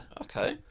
Okay